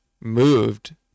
moved